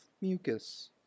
mucus